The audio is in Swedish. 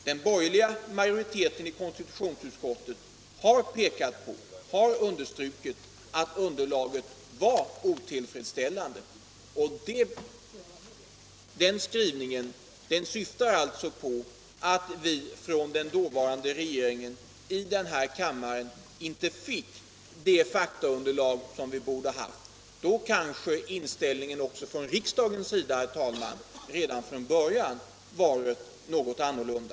Den borgerliga majoriteten i konstitutionsutskottet har understrukit att underlaget var otillfredsställande. Den skrivningen syftar alltså på att vi i den här kammaren från den dåvarande regeringen inte fick det faktaunderlag som vi borde ha haft. Om vi hade fått detta faktaunderlag kanske inställningen också från riksdagens sida, herr talman, redan från början varit något annorlunda.